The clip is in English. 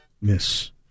Miss